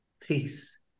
peace